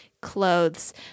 clothes